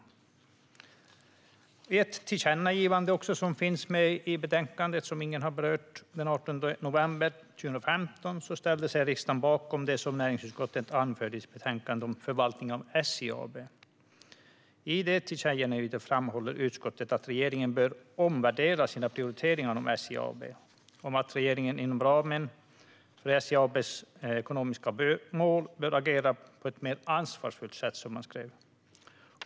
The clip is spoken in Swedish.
I ett tillkännagivande - som också finns med i betänkandet och som ingen har berört - från den 18 november 2015 ställde sig riksdagen bakom det som näringsutskottet anförde i sitt betänkande om förvaltningen av SJ AB. I tillkännagivandet framhåller utskottet att regeringen bör omvärdera sina prioriteringar i förhållande till SJ AB och att regeringen inom ramen för SJ AB:s beslutade ekonomiska mål bör agera på ett mer ansvarsfullt sätt.